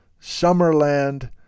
Summerland